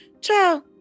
Ciao